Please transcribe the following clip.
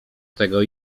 tego